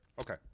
Okay